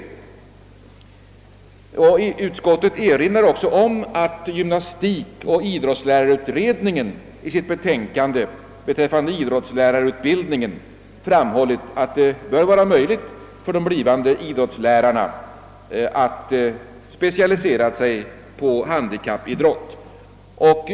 I detta sammanhang vill utskottet erinra om att gymnastikoch idrottslärarutredningen i sitt betänkande beträffande idrottslärarutbildningen framhållit att det bör vara möjligt för de blivande idrottslärarna att bl.a. specialisera sig på handikappidrott.